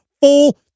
full